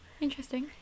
interesting